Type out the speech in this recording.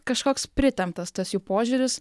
kažkoks pritemptas tas jų požiūris